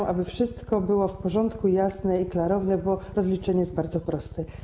Po to aby wszystko było w porządku, jasne i klarowne, bo rozliczenie jest bardzo proste.